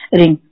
ring